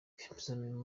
rwiyemezamirimo